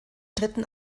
dritten